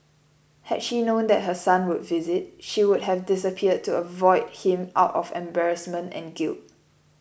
had she known that her son would visit she would have disappeared to avoid him out of embarrassment and guilt